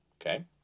Okay